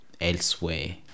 elsewhere